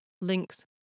links